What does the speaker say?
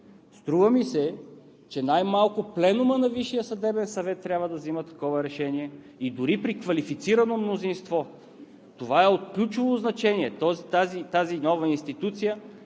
Струва ми се, че най-малко Пленумът на Висшия съдебен съвет трябва да взема такова решение и дори при квалифицирано мнозинство. Това е от ключово значение! Тоест, тази нова институция,